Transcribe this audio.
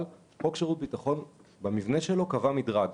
חוק שירות הביטחון קבע מדרג,